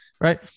right